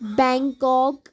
Bangkok